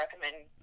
recommend